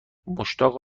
مشتاق